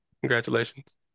Congratulations